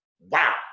Wow